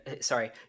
sorry